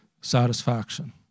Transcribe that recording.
satisfaction